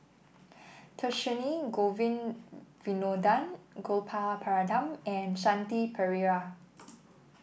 Dhershini Govin Winodan Gopal Baratham and Shanti Pereira